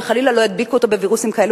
שחלילה לא ידביקו אותו בווירוסים כאלה